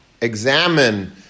examine